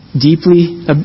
deeply